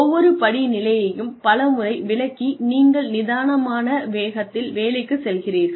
ஒவ்வொரு படி நிலையையும் பல முறை விளக்கி நீங்கள் நிதானமான வேகத்தில் வேலைக்குச் செல்கிறீர்கள்